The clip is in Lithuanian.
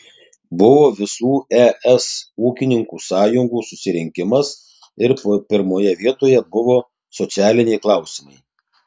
buvo visų es ūkininkų sąjungų susirinkimas ir pirmoje vietoje buvo socialiniai klausimai